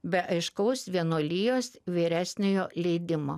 be aiškaus vienuolijos vyresniojo leidimo